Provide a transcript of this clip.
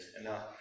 enough